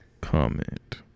comment